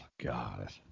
god